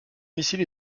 missile